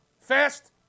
fast